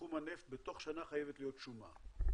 בתחום הנפט בתוך שנה חייבת להיות שומה,